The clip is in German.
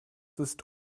ist